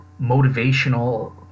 motivational